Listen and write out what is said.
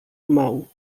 pomału